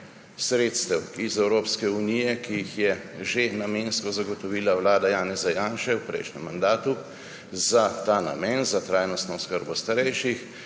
sredstev iz Evropske unije, ki jih je že namensko zagotovila vlada Janeza Janše v prejšnjem mandatu za ta namen, za trajnostno oskrbo starejših,